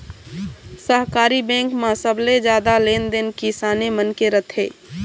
सहकारी बेंक म सबले जादा लेन देन किसाने मन के रथे